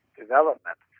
development